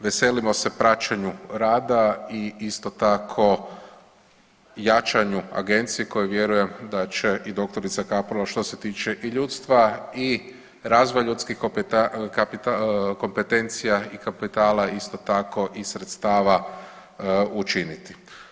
Veselimo se praćenju rada i isto tako jačanju agencije koju vjerujem da će i dr. Kapural što se tiče i ljudstva i razvoj ljudskih kompetencija i kapitala isto tako i sredstava učiniti.